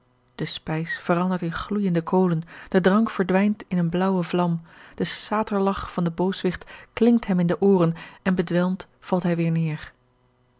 de spijs verandert in gloeijende kolen de drank verdwijnt in eene blaauwe vlam de saterlach van den booswicht klinkt hem in de ooren en bedwelmd valt hij weêr neêr